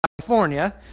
California